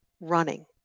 running